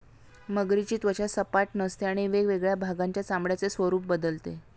मगरीची त्वचा सपाट नसते आणि वेगवेगळ्या भागांच्या चामड्याचे स्वरूप बदलते